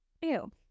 Ew